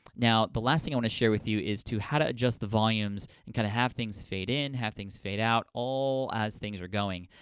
now, the last thing i want to share with you is to, how to adjust the volumes and kind of have things fade-in, have things fade-out, all as things are going.